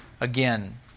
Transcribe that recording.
again